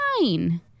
fine